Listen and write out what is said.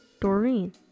Doreen